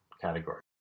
category